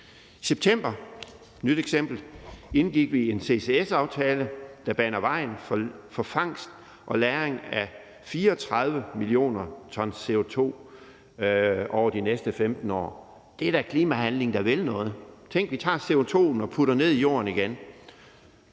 eksempel – indgik vi en ccs-aftale, der baner vejen for fangst og lagring af 34 mio. t CO2 over de næste 15 år. Det er da klimahandling, der vil noget. Tænk, at vi tager CO2'en og putter den ned i jorden igen.